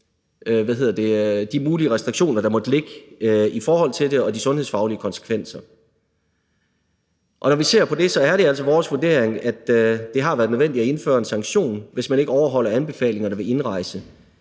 de mulige restriktioner, der måtte ligge i forhold til det, og de sundhedsfaglige konsekvenser. Når vi ser på det, er det altså vores vurdering, at det har været nødvendigt at indføre en sanktion, hvis man ikke overholder anbefalingerne ved indrejse,